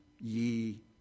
ye